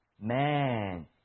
Man